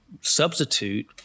substitute